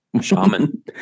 Shaman